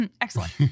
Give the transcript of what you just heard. Excellent